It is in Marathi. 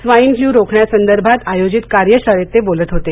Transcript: स्वाईन फ्ल्यू रोखण्यासंदर्भात आयोजित कार्यशाळेत ते बोलत होते